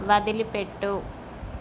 వదిలిపెట్టు